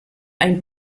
ein